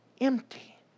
empty